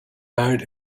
hired